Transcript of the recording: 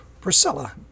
Priscilla